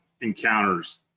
encounters